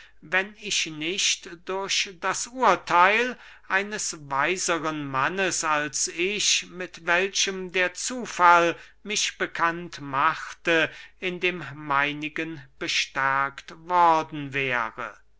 wenn ich nicht durch das urtheil eines weiseren mannes als ich mit welchem der zufall mich bekannt machte in dem meinigen bestärkt worden wäre